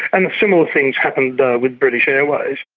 and a similar thing's happened with british airways.